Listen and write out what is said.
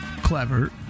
clever